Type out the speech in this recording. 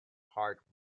heart